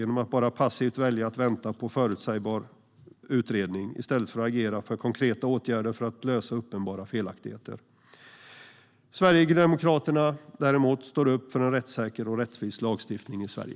De väljer att bara passivt vänta på en förutsägbar utredning i stället för att agera för att ta fram konkreta åtgärder för att lösa uppenbara felaktigheter. Sverigedemokraterna däremot står upp för en rättssäker och rättvis lagstiftning i Sverige.